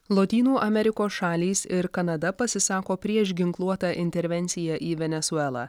lotynų amerikos šalys ir kanada pasisako prieš ginkluotą intervenciją į venesuelą